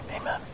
Amen